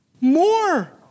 more